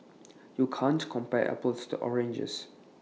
you can't compare apples to oranges